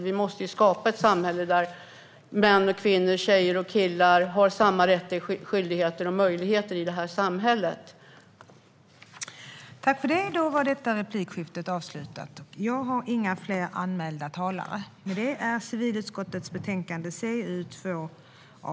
Vi måste skapa ett samhälle där kvinnor och män, tjejer och killar har samma rättigheter, skyldigheter och möjligheter.